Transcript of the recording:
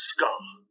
Skull